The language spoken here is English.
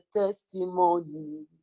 testimony